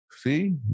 See